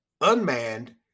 unmanned